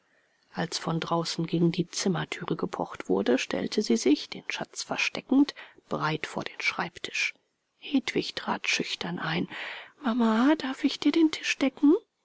als von draußen gegen die zimmertüre gepocht wurde stellte sie sich den schatz versteckend breit vor den schreibtisch hedwig trat schüchtern ein mama darf ich dir den tisch decken